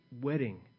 wedding